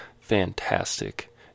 fantastic